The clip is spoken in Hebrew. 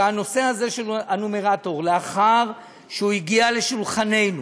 שהנושא הזה של הנומרטור, לאחר שהוא הגיע לשולחננו,